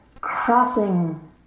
crossing